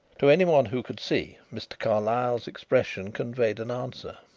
to anyone who could see, mr. carlyle's expression conveyed an answer.